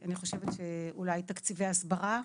אני חושבת שאולי תקציבי הסברה,